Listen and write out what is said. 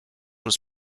was